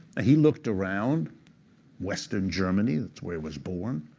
he looked around western germany, that's where he was born,